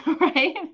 right